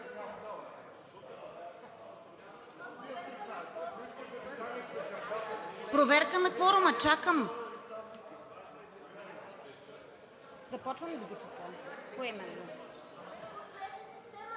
Проверка на кворума, чакам! Започвам да го чета поименно.